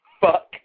fuck